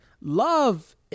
love